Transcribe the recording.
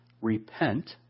repent